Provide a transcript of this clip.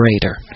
greater